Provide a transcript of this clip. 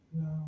no